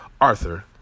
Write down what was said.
Arthur